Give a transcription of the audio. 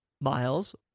miles